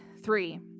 Three